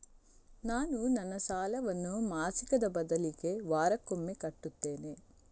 ನಾನು ನನ್ನ ಸಾಲವನ್ನು ಮಾಸಿಕದ ಬದಲಿಗೆ ವಾರಕ್ಕೊಮ್ಮೆ ಕಟ್ಟುತ್ತೇನೆ